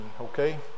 okay